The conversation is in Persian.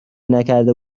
نکرده